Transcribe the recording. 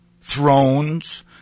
thrones